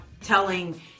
telling